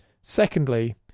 Secondly